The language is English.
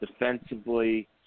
Defensively